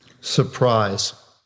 Surprise